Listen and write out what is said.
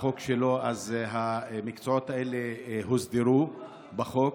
החוק שלו המקצועות האלה הוסדרו בחוק.